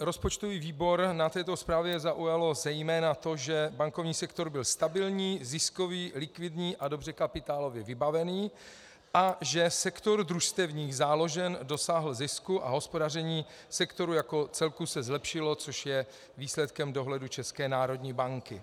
Rozpočtový výbor na této zprávě zaujalo zejména to, že bankovní sektor byl stabilní, ziskový, likvidní a dobře kapitálově vybavený a že sektor družstevních záložen dosáhl zisku a hospodaření sektoru jako celku se zlepšilo, což je výsledkem dohledu České národní banky.